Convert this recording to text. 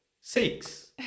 six